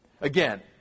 Again